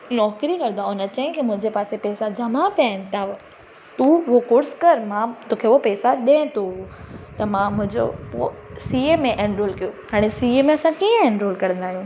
नौकिरी कंदो आहे उन चयाईं की मुंहिंजे पासे पैसा जमा पिया इन त तू उहो कॉर्स करु मां तोखे उहो पैसा ॾियां थो त मां मुंहिंजो पोइ सी एम ए एनरोल कयो हाणे सी एम ए में असां कीअं एनरोल कंदा आहियूं